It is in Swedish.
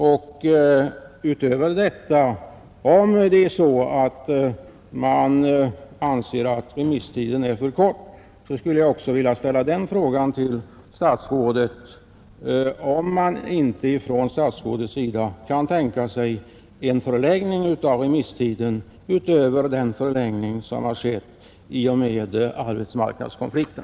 Men om det nu är så att man anser att remisstiden är för kort, så skulle jag också vilja ställa den frågan till statsrådet, om inte statsrådet kan tänka sig en förlängning av remisstiden utöver den förlängning som har skett i och med arbetsmarknadskonflikten.